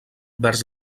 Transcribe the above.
vers